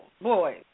boys